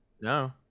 No